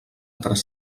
tres